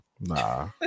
nah